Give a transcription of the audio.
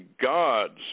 gods